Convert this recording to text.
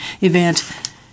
event